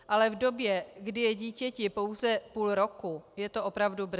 Ale v době, kdy je dítěti pouze půl roku, je to opravdu brzy.